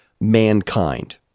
mankind